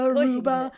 Aruba